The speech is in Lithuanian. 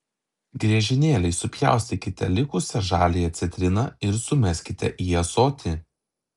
griežinėliais supjaustykite likusią žaliąją citriną ir sumeskite į ąsotį